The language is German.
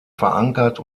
verankert